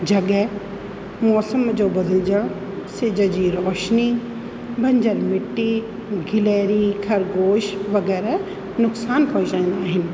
जॻहि मौसम जो बदिलिजण सिज जी रोशनी भंजर मिटी गिलैरी खरगोश वग़ैरह नुक़सान पहुचाईंदा आहिनि